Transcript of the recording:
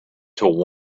till